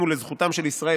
אם הוא לזכותם של ישראל,